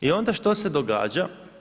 I onda što se događa?